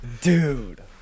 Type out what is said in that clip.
Dude